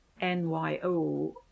Nyo